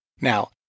Now